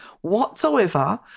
whatsoever